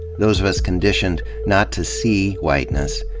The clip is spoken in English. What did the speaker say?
those of us conditioned not to see whiteness,